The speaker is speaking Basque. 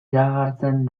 iragartzen